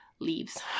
leaves